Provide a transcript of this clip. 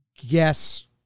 Yes